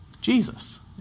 Jesus